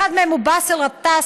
אחד מהם הוא באסל גטאס,